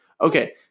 okay